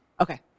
Okay